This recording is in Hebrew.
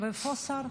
ואיפה השר?